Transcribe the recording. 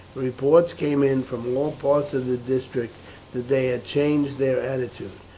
reports came in from all parts of the district that they had changed their attitude,